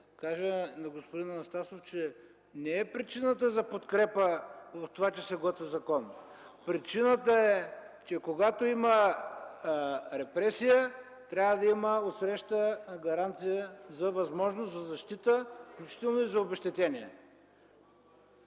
кажа на господин Анастасов, че причината за подкрепа не е в това, че се готви закон. Причината е, че когато има репресия, отсреща трябва да има гаранция за възможност за защита, включително и за обезщетение.